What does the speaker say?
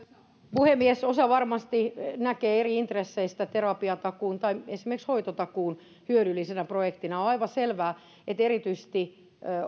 puhemies osa varmasti näkee eri intresseistä terapiatakuun tai esimerkiksi hoitotakuun hyödyllisenä projektina on on aivan selvää että erityisesti